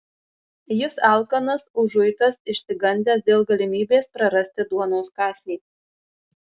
jis alkanas užuitas išsigandęs dėl galimybės prarasti duonos kąsnį